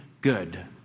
good